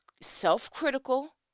self-critical